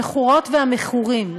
המכורות והמכורים,